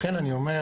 לכן אני אומר,